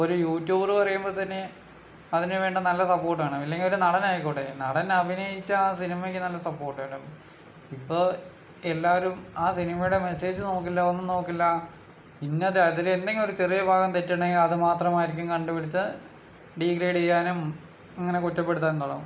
ഒരു യൂട്യൂബർ പറയുമ്പോൾ തന്നെ അതിനു വേണ്ട നല്ല സപ്പോർട്ടാണ് അല്ലെങ്കിൽ ഒരു നടനായിക്കോട്ടെ നടനഭിനയിച്ച സിനിമയ്ക്ക് നല്ല സപ്പോർട്ട് കിട്ടും ഇപ്പോൾ എല്ലാവരും ആ സിനിമയുടെ മെസ്സേജ് നോക്കില്ല ഒന്നും നോക്കില്ല ഇന്നത് അതിൽ എന്തെങ്കിലും ഒരു ചെറിയ ഭാഗം തെറ്റുണ്ടെങ്കിൽ അത് മാത്രമായിരിക്കും കണ്ടുപിടിച്ച് ഡീഗ്രേഡ് ചെയ്യാനും അങ്ങനെ കുറ്റപ്പെടുത്താനും തുടങ്ങും